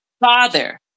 father